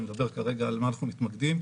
אני מדבר על מה אנחנו מתמקדים.